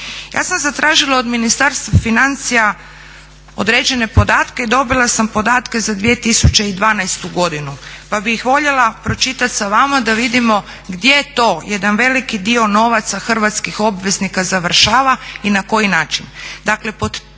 Ja sam zatražila od Ministarstva financija određene podatke i dobila sam podatke za 2012. godinu, pa bi ih voljela pročitati sa vama da vidimo gdje to jedan veliki dio novaca hrvatskih obveznika završava i na koji način.